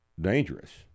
dangerous